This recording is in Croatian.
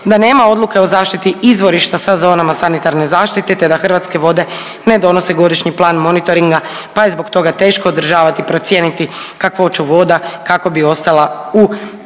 da nema odluke o zaštiti izvorišta sa zonama sanitarne zaštite, te da Hrvatske vode ne donose Godišnji plan monitoringa, pa je zbog toga teško održavati i procijeniti kakvoću voda kako bi ostala u